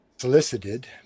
solicited